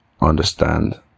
understand